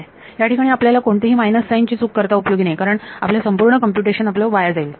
ह्या ठिकाणी आपल्याला कोणतीही मायनस साईन ची चूक करता उपयोगी नाही कारण आपल्या संपूर्ण कम्प्युटेशन वाया जाईल